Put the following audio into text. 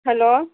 hello